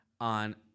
on